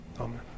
Amen